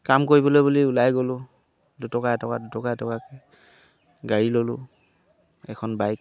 কাম কৰিবলৈ বুলি ওলাই গ'লোঁ দুটকা এটকা দুটকা এটকাকে গাড়ী ল'লোঁ এখন বাইক